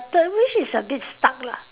third wish is a bit stuck lah